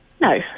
No